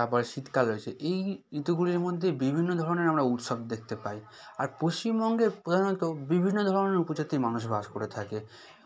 তারপরে শীতকাল রয়েছে এই ঋতুগুলির মধ্যে বিভিন্ন ধরনের আমরা উৎসব দেখতে পাই আর পশ্চিমবঙ্গের প্রধানত বিভিন্ন ধরনের উপজাতির মানুষ বাস করে থাকে